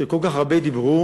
שכל כך הרבה דיברו